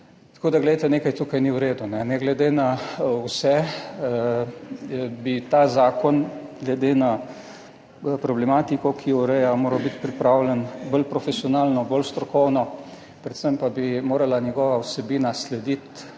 tako da, poglejte, nekaj tukaj ni v redu. Ne glede na vse bi ta zakon glede na problematiko, ki jo ureja, moral biti pripravljen bolj profesionalno, bolj strokovno, predvsem pa bi morala njegova vsebina slediti